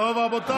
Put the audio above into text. תודה רבה.